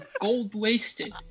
gold-wasted